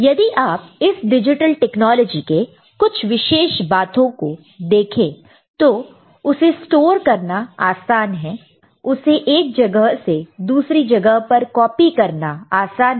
यदि आप इस डिजिटल टेक्नोलॉजी के कुछ विशेष बातों को देखे तो उसे स्टोर करना आसान है उसे एक जगह से दूसरी जगह पर कॉपी करना आसान है